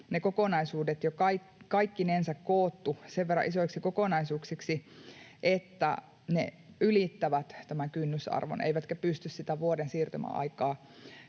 ne kokonaisuudet jo kaikkinensa koottu sen verran isoiksi kokonaisuuksiksi, että ne ylittävät tämän kynnysarvon eivätkä pysty sitä vuoden siirtymäaikaa